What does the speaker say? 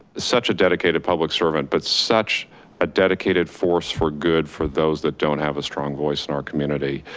such a dedicated public servant, but such a dedicated force for good for those that don't have a strong voice in our community.